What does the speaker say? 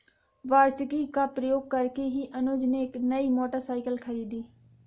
वार्षिकी का प्रयोग करके ही अनुज ने नई मोटरसाइकिल खरीदी